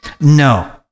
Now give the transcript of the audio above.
No